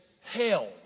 hell